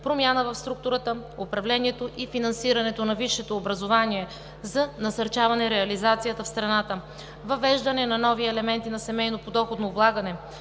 промяна в структурата, управлението и финансирането на висшето образование за насърчаване реализацията в страната; въвеждане на нови елементи на семейно подоходно облагане;